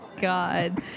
God